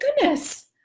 goodness